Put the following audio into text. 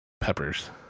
peppers